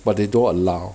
but they don't allow